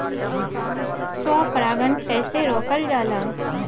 स्व परागण कइसे रोकल जाला?